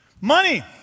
Money